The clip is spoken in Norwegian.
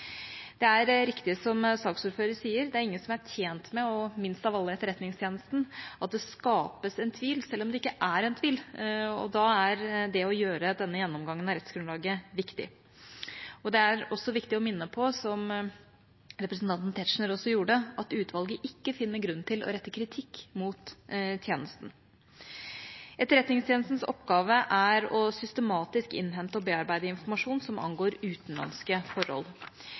Det er riktig, som saksordføreren sier, at ingen er tjent med, og minst av alle Etterretningstjenesten, at det skapes en tvil – selv om det ikke er en tvil – og da er det å gjøre denne gjennomgangen av rettsgrunnlaget viktig. Det er også viktig å minne om, som representanten Tetzschner også gjorde, at utvalget ikke finner grunn til å rette kritikk mot tjenesten. Etterretningstjenestens oppgave er systematisk å innhente og bearbeide informasjon som angår utenlandske forhold